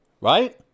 right